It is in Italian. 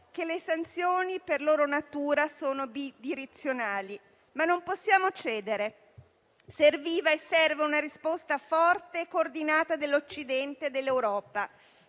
che le sanzioni, per loro natura, sono bidirezionali, ma non possiamo cedere. Serviva e serve una risposta forte e coordinata dell'Occidente e dell'Europa.